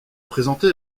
présenté